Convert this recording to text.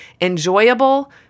enjoyable